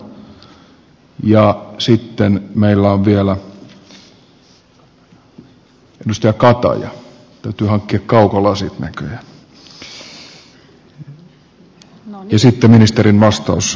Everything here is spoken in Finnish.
edustaja eloranta edustaja paatero ja sitten on vielä edustaja kataja täytyy hankkia kaukolasit näköjään ja sitten ministerin vastaus